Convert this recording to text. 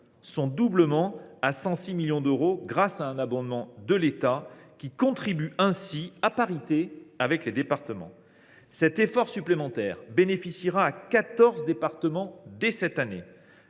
pour le fixer à 106 millions d’euros, grâce à un abondement de l’État, qui y contribue ainsi à parité avec les départements. Cet effort supplémentaire bénéficiera à quatorze départements dès cette année.